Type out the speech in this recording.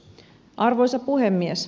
arvoisa puhemies